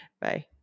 Bye